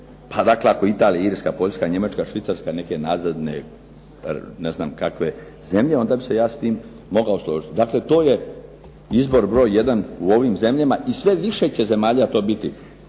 Pa dakle, ako Italija, Irska, Poljska, Njemačka, Švicarska, neke nazadne ne znam kakve zemlje onda bih se ja s tim mogao složiti. Dakle, to je izbor broj jedan u ovim zemljama i sve više će zemalja to biti